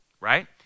right